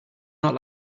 not